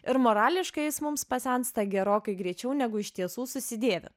ir morališkai jis mums pasensta gerokai greičiau negu iš tiesų susidėvi